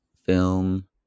film